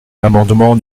l’amendement